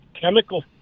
chemical